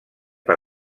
per